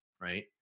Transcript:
right